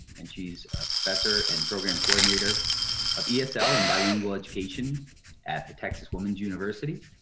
and she's a professor and program coordinator of esl and bilingual education at the texas woman's university.